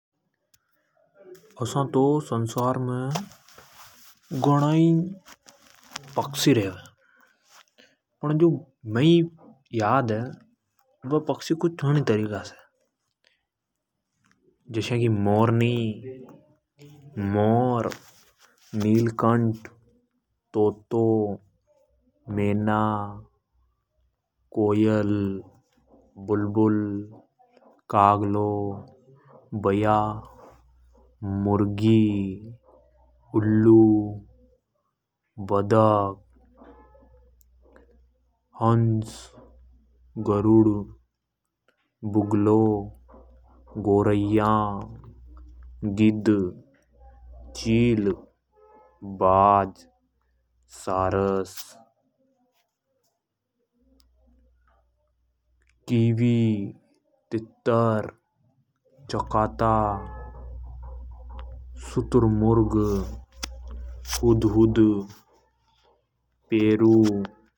असा तो संसार में घणा ही पक्षी रेवे। फण जो मेइ याद haie वे पक्षी कुछ अण तरीका से है। जस्या की मोर, मॉर्नि, नीलकंठ, तोतो। मैना, कोयल, कागलो, बया, मुर्गी। उल्लू बतख हंस गरुड़, बुगलो। गोरैया, गिद्, चिल, बाज, सारस किवी। तीतर, चकाता, शुतुरमुर्ग, हुद्हुद्, पेरू।